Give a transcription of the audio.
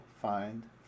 find